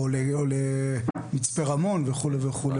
או למצפה רמון וכו' וכו',